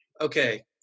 okay